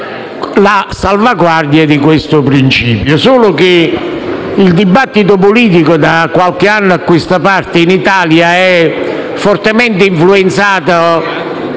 la salvaguardia di questo principio. Solo che il dibattito politico, da qualche anno a questa parte, in Italia è fortemente influenzato